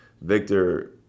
Victor